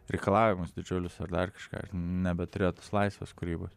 reikalavimus didžiulius ar dar kažką ir nebeturėt laisvės kūrybos